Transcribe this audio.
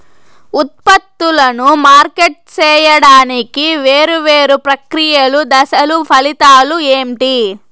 ఉత్పత్తులను మార్కెట్ సేయడానికి వేరువేరు ప్రక్రియలు దశలు ఫలితాలు ఏంటి?